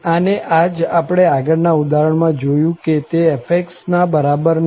આને આ જ આપણે આગળ ના ઉદાહરણ માં જોયું કે તે f ના બરાબર નથી